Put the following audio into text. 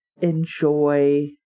enjoy